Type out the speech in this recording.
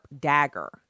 dagger